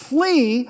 Flee